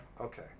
Okay